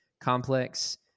complex